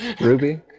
Ruby